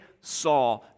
saw